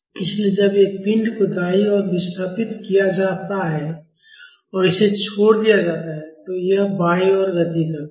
इसलिए जब एक पिंड को दाईं ओर विस्थापित किया जाता है और इसे छोड़ दिया जाता है तो यह बाईं ओर गति करता है